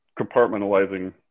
compartmentalizing